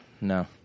no